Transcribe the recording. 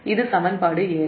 இது சமன்பாடு 7